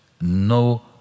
no